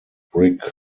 brick